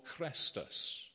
Crestus